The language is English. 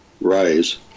rise